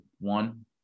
one